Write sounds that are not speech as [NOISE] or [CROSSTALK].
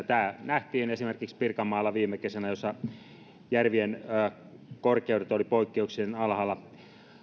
[UNINTELLIGIBLE] tämä nähtiin esimerkiksi pirkanmaalla viime kesänä kun järvien korkeudet olivat poikkeuksellisen alhaalla